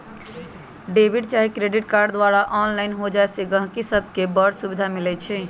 debit चाहे credit card द्वारा online हो जाय से गहकि सभके बड़ सुभिधा मिलइ छै